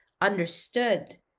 understood